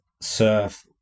surf